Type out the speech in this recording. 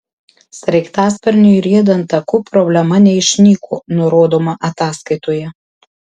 sraigtasparniui riedant taku problema neišnyko nurodoma ataskaitoje